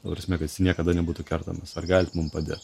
ta prasme kad jis niekada nebūtų kertamas ar galit mum padėt